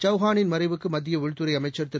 சௌஹாளின் மறைவுக்குமத்தியஉள்துறைஅமைச்சர் திரு